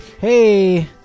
hey